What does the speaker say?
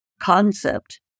concept